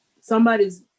somebody's